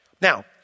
Now